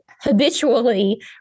habitually